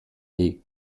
est